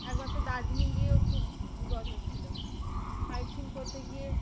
একবার তো দার্জিলিং গিয়েও খুব বিপদ হচ্ছিল সাইট সিন করতে গিয়ে